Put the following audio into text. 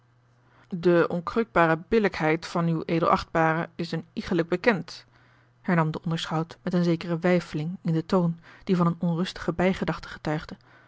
de onkreukbare billijkheid van uw edel achtbare is een iegelijk bekend hernam de onderschout met eene zekere weifeling in den toon die van eene onrustige bijgedachte getuigde